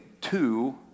two